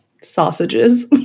sausages